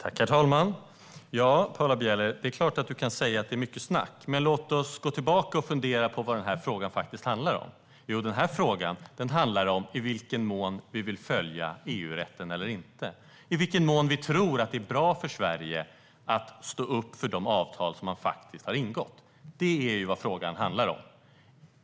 Herr talman! Ja, Paula Bieler, det är klart att du kan säga att det är mycket snack, men låt oss gå tillbaka och fundera på vad den här frågan faktiskt handlar om. Jo, den handlar om i vilken mån vi vill följa EU-rätten eller inte och i vilken mån vi tror att det är bra för Sverige att stå upp för de avtal som vi har ingått. Det är vad frågan handlar om.